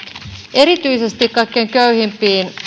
erityisesti kaikkein köyhimpiin